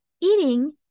eating